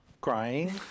crying